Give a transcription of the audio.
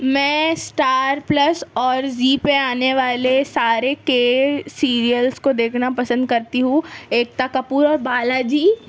میں Star Plus اور زی پہ آنے والے سارے کے سیریلس کو دیکھنا پسند کرتی ہوں ایکتا کپور اور بالاجی